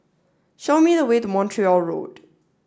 show me the way to Montreal Road